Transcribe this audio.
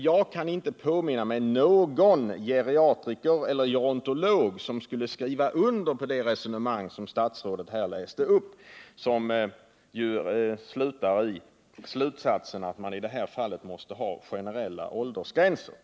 Jag kan inte påminna mig någon geriatriker eller gerontolog som skulle skriva under på det resonemang som statsrådet här läste upp och som ju utmynnar i slutsatsen att man i det här fallet måste ha generella åldersgränser.